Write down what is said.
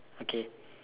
okay